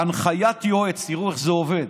הנחיית יועץ, תראו איך זה עובד,